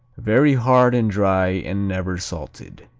very hard and dry and never salted.